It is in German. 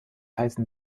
heißen